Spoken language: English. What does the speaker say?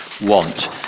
want